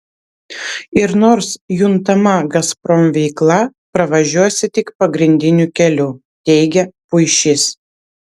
ir nors juntama gazprom veikla pravažiuosi tik pagrindiniu keliu teigė puišys